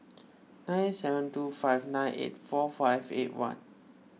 nine seven two five nine eight four five eight one